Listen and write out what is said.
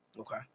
Okay